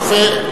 יפה.